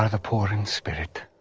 a poor in spirit.